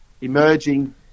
emerging